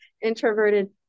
introverted